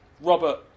Robert